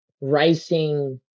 racing